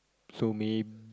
so may